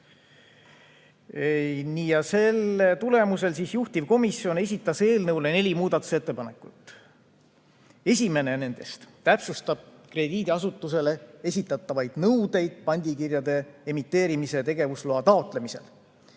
Nii. Selle tulemusel juhtivkomisjon esitas eelnõu kohta neli muudatusettepanekut. Esimene nendest täpsustab krediidiasutusele esitatavaid nõudeid pandikirjade emiteerimise tegevusloa taotlemisel.